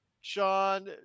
Sean